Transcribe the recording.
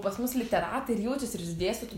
pas mus literatai ir jaučiasi ir is dėstytų